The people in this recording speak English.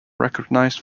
recognised